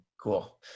Cool